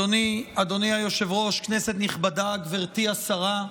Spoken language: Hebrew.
אדוני היושב-ראש, כנסת נכבדה, גברתי השרה,